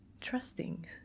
trusting